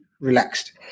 relaxed